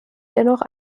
dennoch